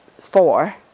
four